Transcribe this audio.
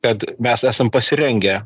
kad mes esam pasirengę